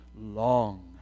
long